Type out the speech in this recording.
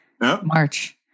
March